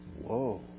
whoa